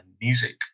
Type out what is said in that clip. music